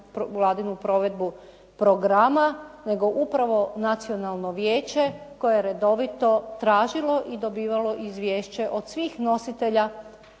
Vladinu provedbu programa nego upravo Nacionalno vijeće koje je redovito tražilo i dobivalo izvješće od svih nositelja